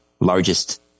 largest